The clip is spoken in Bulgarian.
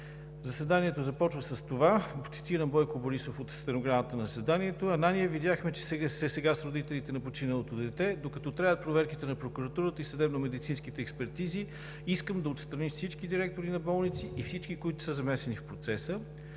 Заседанието започва с това, цитирам Бойко Борисов от стенограмата на заседанието: